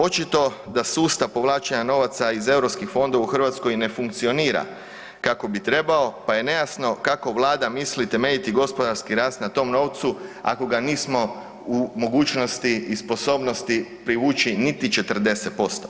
Očito da sustav povlačenja novaca iz EU fondova u Hrvatskoj ne funkcionira kako bi trebao pa je nejasno kako Vlada misli temeljiti gospodarski rast na tom novcu ako ga nismo u mogućnosti i sposobnosti privući niti 40%